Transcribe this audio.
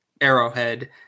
Arrowhead